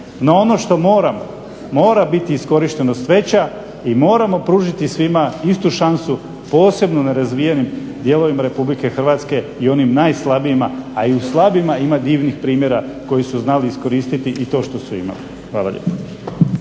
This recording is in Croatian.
No ono što moramo, mora biti iskorištenost veća i moramo pružiti svima istu šansu, posebno nerazvijenim dijelovima RH i onim najslabijima, a i u slabijima ima divnih primjera koji su znali iskoristiti i to što su imali. Hvala lijepa.